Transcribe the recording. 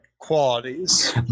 Qualities